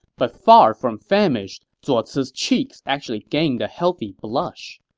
but far from famished, zuo ci's cheeks actually gained a healthy blush.